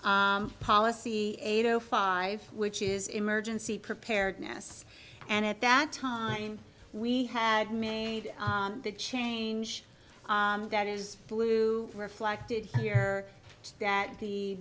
policy eight o five which is emergency preparedness and at that time we had made the change that is blue reflected here that the